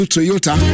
Toyota